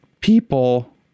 people